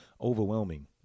overwhelming